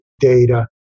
data